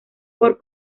por